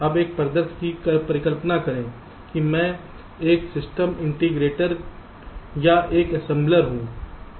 अब एक परिदृश्य की कल्पना करें कि मैं एक सिस्टम इंटीग्रेटर या एक असेंबलर हूं